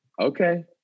okay